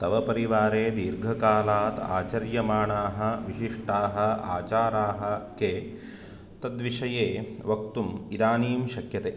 तव परिवारे दीर्घकालात् आचर्यमाणाः विशिष्टाः आचाराः के तद्विषये वक्तुम् इदानीं शक्यते